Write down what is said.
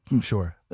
sure